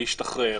להשתחרר.